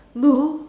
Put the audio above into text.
no